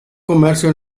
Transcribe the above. comercio